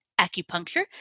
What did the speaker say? acupuncture